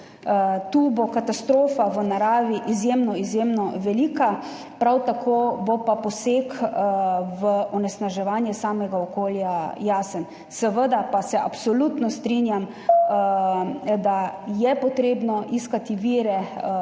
Tu bo katastrofa v naravi izjemno velika, prav tako bo pa poseg v onesnaževanje samega okolja jasen. Seveda pa se absolutno strinjam, da je potrebno iskati vire,